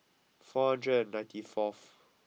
four hundred and ninety fourth